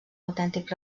autèntics